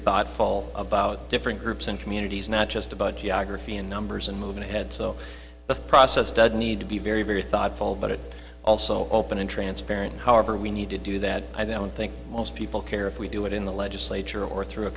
thoughtful about different groups and communities not just about geography and numbers and moving ahead so that process doesn't need to be very very thoughtful but it also open and transparent however we need to do that i don't think most people care if we do it in the legislature or through a